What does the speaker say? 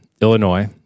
Illinois